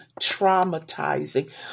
traumatizing